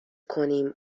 کنیم